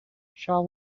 shall